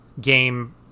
game